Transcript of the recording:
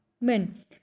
men